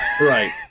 right